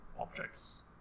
objects